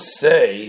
say